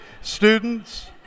students